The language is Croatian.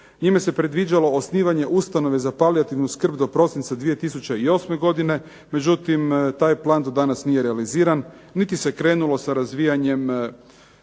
Njime se predviđalo osnivanje ustanove za palijativnu skrb do prosinca 2008. godine. Međutim, taj plan do danas nije realiziran niti se krenulo sa razvijanjem